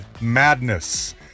madness